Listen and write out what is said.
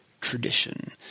tradition